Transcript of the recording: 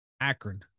Akron